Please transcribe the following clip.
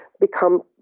become